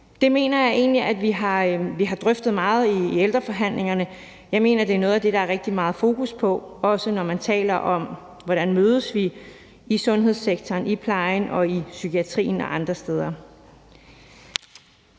Det mener jeg egentlig vi har drøftet meget i ældreforhandlingerne. Jeg mener, det er noget af det, der er rigtig meget fokus på, også når man taler om, hvordan vi mødes i sundhedssektoren, i plejen, i psykiatrien og andre steder.